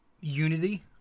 unity